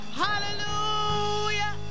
hallelujah